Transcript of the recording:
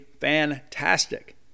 fantastic